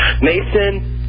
Mason